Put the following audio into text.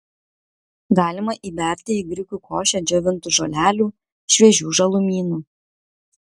galima įberti į grikių košę džiovintų žolelių šviežių žalumynų